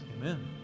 Amen